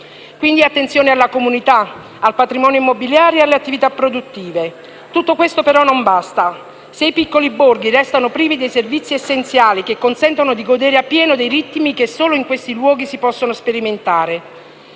Quindi, attenzione alla comunità, al patrimonio immobiliare e alle attività produttive. Tutto questo però non basta, se i piccoli borghi restano privi dei servizi essenziali che consentono di godere appieno dei ritmi che solo in questi luoghi si possono sperimentare.